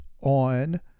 on